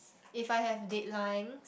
if I have deadline